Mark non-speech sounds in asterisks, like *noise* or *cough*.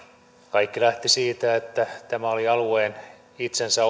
kaikki lähti siitä että tämä oli alueen itsensä *unintelligible*